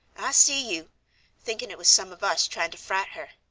i see you thinking it was some of us trying to fright her.